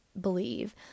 believe